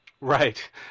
Right